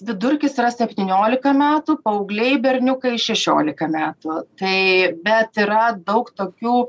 vidurkis yra septyniolika metų paaugliai berniukai šešiolika metų tai bet yra daug tokių